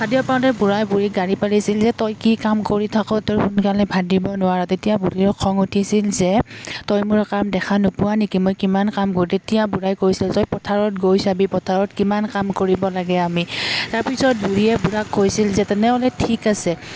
ভাত দিব পাওঁতে বুঢ়াই বুঢ়ীক গালি পালিছিল যে তই কি কাম কৰি থাক তই সোনকালে ভাত দিব নোৱাৰ তেতিয়া বুঢ়ীৰ খং উঠিছিল যে তই মোৰ কাম দেখা নোপোৱা নেকি মই কিমান কাম কৰোঁ তেতিয়া বুঢ়াই কৈছিল তই পথাৰত গৈ চাবি পথাৰত কিমান কাম কৰিব লাগে আমি তাৰপিছত বুঢ়ীয়ে বুঢ়াক কৈছিল যে তেনেহ'লে ঠিক আছে